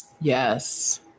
Yes